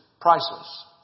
priceless